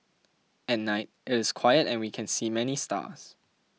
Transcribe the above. at night it is quiet and we can see many stars